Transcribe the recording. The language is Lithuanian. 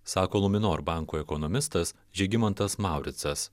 sako luminor banko ekonomistas žygimantas mauricas